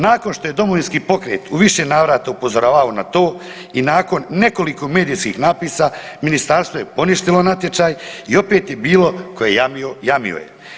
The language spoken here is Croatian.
Nakon što je Domovinski pokret u više navrata upozoravao na to i nakon nekoliko medijski napisa, Ministarstvo je poništilo natječaj i opet je bilo, tko je jamio, jamio je.